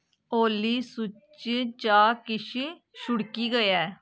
ओली सूची चा किश छुड़की गेआ ऐ